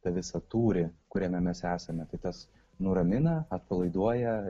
tą visą tūrį kuriame mes esame tai tas nuramina atpalaiduoja